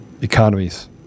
economies